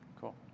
Cool